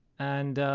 and